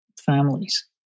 families